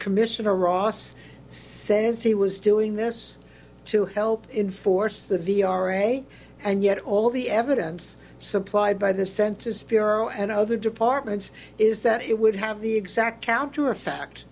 commissioner ross says he was doing this to help enforce the v r a and yet all the evidence supplied by the census bureau and other departments is that it would have the exact counter